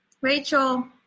Rachel